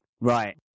Right